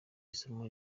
isomo